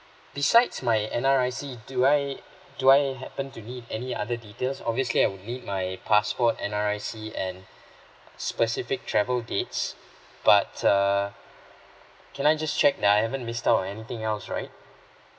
besides my N_R_I_C do I do I happen to need any other details obviously I will need my passport N_R_I_C and specific travel dates but err can I just check that I haven't miss out or anything else right